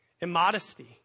immodesty